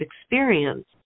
experience